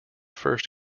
first